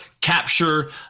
capture